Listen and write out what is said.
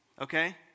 Okay